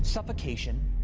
suffocation,